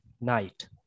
night